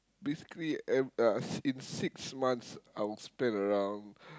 basically ev~ uh in six months I would spend around